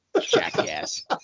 jackass